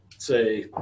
say